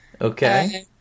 Okay